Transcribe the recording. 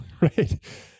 right